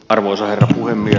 arvoisa herra puhemies